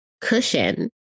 cushion